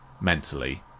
mentally